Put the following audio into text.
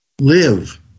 Live